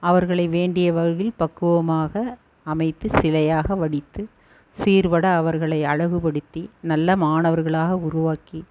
அவர்களை வேண்டிய வகையில் பக்குவமாக அமைத்து சிலையாக வடித்து சீர்பட அவர்களை அழகுப்படுத்தி நல்ல மாணவர்களாக உருவாக்கி